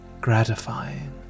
gratifying